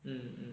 mm mm